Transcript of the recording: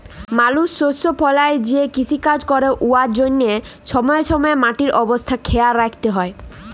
মালুস শস্য ফলাঁয় যে কিষিকাজ ক্যরে উয়ার জ্যনহে ছময়ে ছময়ে মাটির অবস্থা খেয়াল রাইখতে হ্যয়